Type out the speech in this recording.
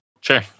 Sure